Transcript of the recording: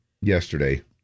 yesterday